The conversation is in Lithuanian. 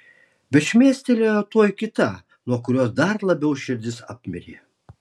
bet šmėstelėjo tuoj kita nuo kurios dar labiau širdis apmirė